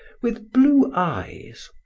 with blue eyes,